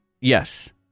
yes